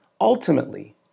ultimately